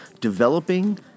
developing